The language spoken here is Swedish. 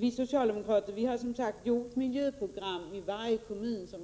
Vi socialdemokrater lade häromdagen fram miljöprogram i varje kommun. Det är